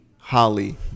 Holly